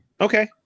Okay